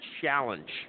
challenge